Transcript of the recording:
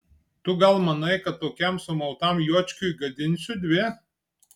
tu gal manai kad tokiam sumautam juočkiui gadinsiu dvi